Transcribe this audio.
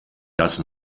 das